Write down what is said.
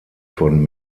von